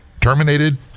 terminated